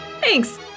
Thanks